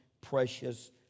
precious